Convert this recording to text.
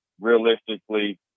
realistically